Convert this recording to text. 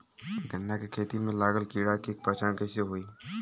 गन्ना के खेती में लागल कीड़ा के पहचान कैसे होयी?